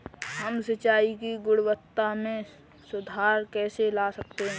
हम सिंचाई की गुणवत्ता में सुधार कैसे ला सकते हैं?